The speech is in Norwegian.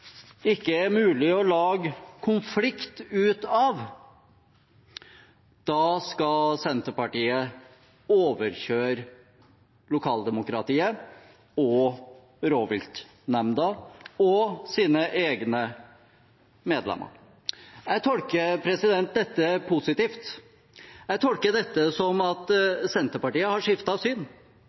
ikke er mulig å lage konflikt av, skal Senterpartiet overkjøre lokaldemokratiet, rovviltnemnda og sine egne medlemmer. Jeg tolker dette positivt. Jeg tolker dette som at Senterpartiet har skiftet syn,